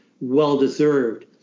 well-deserved